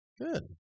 Good